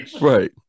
right